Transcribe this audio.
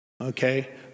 Okay